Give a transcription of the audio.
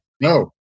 no